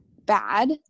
bad